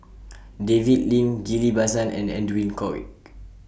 David Lim Ghillie BaSan and Edwin Koek